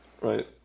right